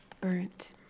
burnt